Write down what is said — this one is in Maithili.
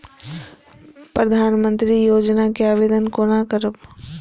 प्रधानमंत्री योजना के आवेदन कोना करब?